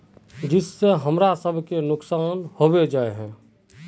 जिस से हमरा सब के नुकसान होबे जाय है?